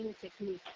technique